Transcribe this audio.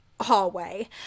hallway